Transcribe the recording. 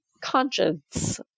conscience